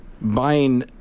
Buying